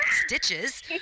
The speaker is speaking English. stitches